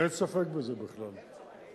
אין ספק בזה, בכלל.